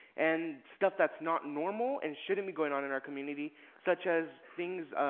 and stuff that's not normal and shouldn't be going on in our community such as things,